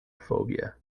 phobia